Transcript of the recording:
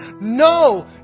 no